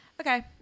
Okay